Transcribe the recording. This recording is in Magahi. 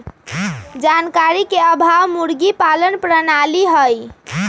जानकारी के अभाव मुर्गी पालन प्रणाली हई